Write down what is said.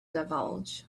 divulge